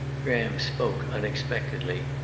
graham spoke, unexpectedly.